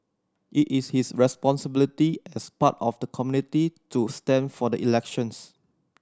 it is his responsibility as part of the community to stand for the elections